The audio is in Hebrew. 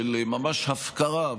יש ממש הפקרה,